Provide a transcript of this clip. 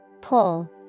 Pull